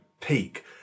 peak